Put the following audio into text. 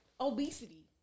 Obesity